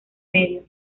medios